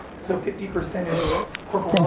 so, fifty percent is corporate. thank